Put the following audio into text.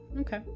Okay